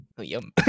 Yum